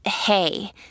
hey